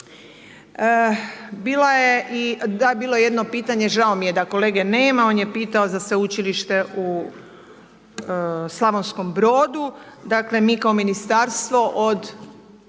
bilo je jedno pitanje, žao mi je da kolege nema on je pitao za sveučilište u Slavonskom Brodu dakle, mi kao ministarstvo od